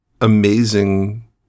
amazing